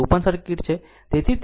તે open circuit છે